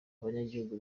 abanyagihugu